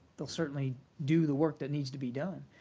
they'll certainly do the work that needs to be done.